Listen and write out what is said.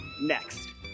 Next